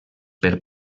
per